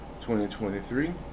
2023